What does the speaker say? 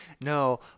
No